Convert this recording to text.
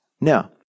Now